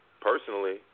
personally